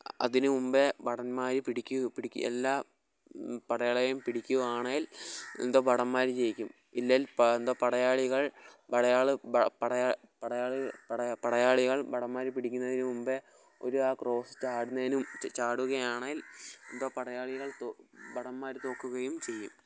അതിനു മുമ്പേ ഭടന്മാര് പിടിക്കു പിടിക്കുക് എല്ലാ പടയാളിയേയും പിടിക്കുവാണേൽ എന്തോ ഭടന്മാര് ജയിക്കും ഇല്ലേൽ പ എന്താ പടയാളികൾ പടയള് ഭട പടയാ പടയാളികൾ പടയാ പടയാളികൾ ഭടന്മാരെ പിടിക്കുന്നതിന് മുമ്പേ ഒരു ആ ക്രോസ്സ് ചാടുന്നതിനും ച ചാ ചാടുകയാണേൽ എന്തോ പടയാളികൾ തോ ഭടന്മാർ തോൽക്കുകയും ചെയ്യും